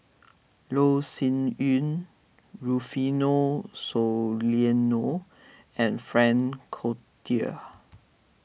Loh Sin Yun Rufino Soliano and Frank Cloutier